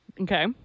Okay